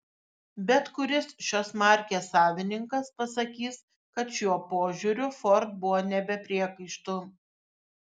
bet kuris šios markės savininkas pasakys kad šiuo požiūriu ford buvo ne be priekaištų